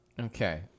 okay